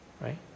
Right